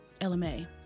LMA